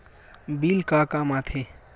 Bill का काम आ थे?